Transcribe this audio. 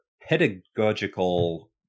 pedagogical